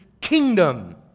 kingdom